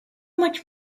much